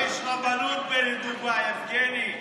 יש רבנות בדובאי, יבגני.